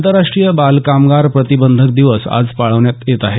आंतरराष्ट्रीय बालकामगार प्रतिबंधक दिवस आज पाळण्यात येत आहे